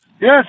Yes